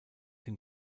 dem